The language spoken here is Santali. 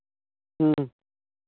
ᱦᱩᱸ